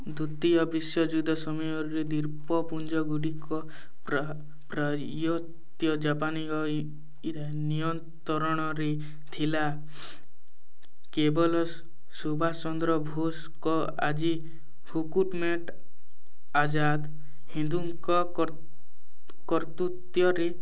ଦ୍ୱିତୀୟ ବିଶ୍ୱଯୁଦ୍ଧ ସମୟରେ ଦ୍ୱୀପପୁଞ୍ଜଗୁଡ଼ିକ ପ୍ରାୟତଃ ଜାପାନୀ ନିୟନ୍ତ୍ରଣରେ ଥିଲା କେବଳ ସୁଭାଷ ଚନ୍ଦ୍ର ବୋଷଙ୍କ ଆଜି ହୁକୁମେଟ୍ ଆଜାଦ ହିନ୍ଦଙ୍କ କର୍ତ୍ତୃତ୍ୱରେ